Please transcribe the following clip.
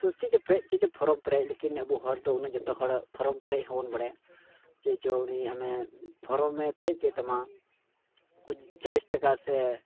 ᱛᱳ ᱪᱮᱫ ᱪᱚ ᱯᱮᱨᱮᱡ ᱪᱮᱫ ᱪᱚ ᱯᱷᱚᱨᱚᱢ ᱯᱮᱨᱮᱡ ᱞᱮᱠᱤᱱ ᱟᱵᱚ ᱦᱚ ᱫᱚ ᱡᱚᱛᱚ ᱦᱚᱲ ᱯᱷᱚᱨᱚᱢ ᱯᱮᱨᱮᱡ ᱦᱚᱸ ᱵᱟᱵᱚᱱ ᱵᱟᱲᱟᱭᱟ ᱪᱮᱫ ᱪᱚ ᱩᱱᱤ ᱟᱢᱮ ᱯᱷᱚᱨᱚᱢᱮ ᱯᱮᱨᱮᱡ ᱠᱮᱜ ᱛᱟᱢᱟ ᱪᱚᱞᱞᱤᱥ ᱴᱟᱠᱟ ᱥᱮ